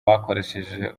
bakoresheje